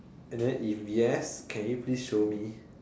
and then if yes can you please show me